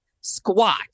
squat